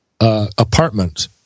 apartment